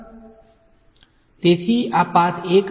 So for path 2 what is the differential element